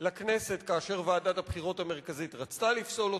לכנסת כאשר ועדת הבחירות המרכזית רצתה לפסול אותן.